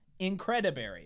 Incrediberry